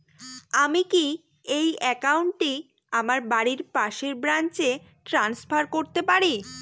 আমি কি এই একাউন্ট টি আমার বাড়ির পাশের ব্রাঞ্চে ট্রান্সফার করতে পারি?